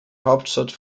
hauptstadt